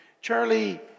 Charlie